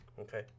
Okay